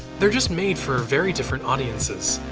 they're just made for very different audiences.